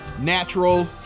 natural